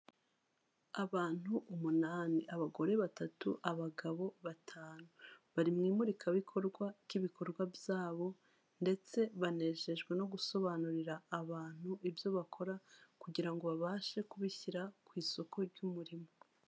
Abantu umunani, abagore batatu, abagabo batanu, bari mu imurikabikorwa ry'ibikorwa byabo ndetse banejejwe no gusobanurira abantu ibyo bakora, kugira ngo babashe kubishyira ku isoko ry'umurimo.